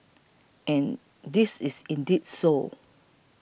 and it is indeed so